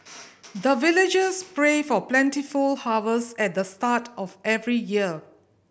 the villagers pray for plentiful harvest at the start of every year